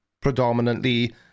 predominantly